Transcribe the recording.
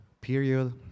period